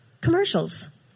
Commercials